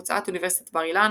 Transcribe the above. הוצאת אוניברסיטת בר-אילן,